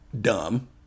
Dumb